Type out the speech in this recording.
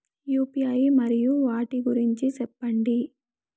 UPI మరియు వాటి గురించి సెప్పండి?